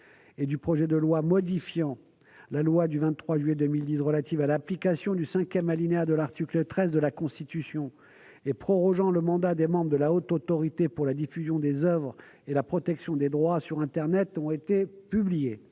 et du projet de loi modifiant la loi n° 2010-838 du 23 juillet 2010 relative à l'application du cinquième alinéa de l'article 13 de la Constitution et prorogeant le mandat des membres de la Haute Autorité pour la diffusion des oeuvres et la protection des droits sur internet ont été publiées.